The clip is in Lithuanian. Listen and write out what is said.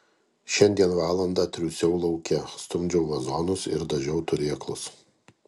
šiandien valandą triūsiau lauke stumdžiau vazonus ir dažiau turėklus